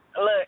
Look